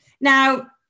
Now